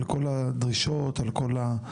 על כל הדרישות, על כל ההגבלות?